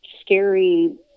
scary